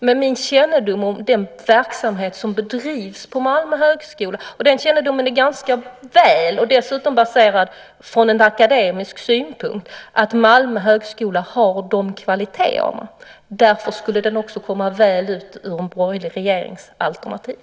Med min kännedom om den verksamhet som bedrivs på Malmö högskola - det är en ganska god kännedom som dessutom är baserad på en akademisk synpunkt - tror jag att Malmö högskola har de kvaliteterna. Därför skulle den också komma väl ut i ett borgerligt regeringsalternativ.